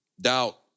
Doubt